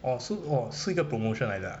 orh so orh 是一个 promotion 来的 ah